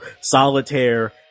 Solitaire